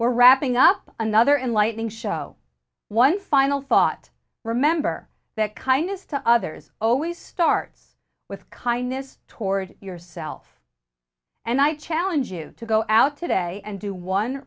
or wrapping up another enlightening show one final thought remember that kindness to others always starts with kindness toward yourself and i challenge you to go out today and do one